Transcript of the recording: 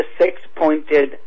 six-pointed